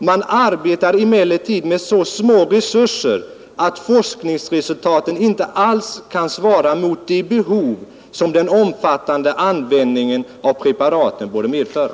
Man arbetar emellertid med så små resurser att forskningsresultaten inte alls kan svara mot de behov som den omfattande användningen av preparaten borde medföra.”